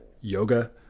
yoga